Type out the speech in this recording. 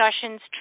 discussions